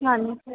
ਹਾਂਜੀ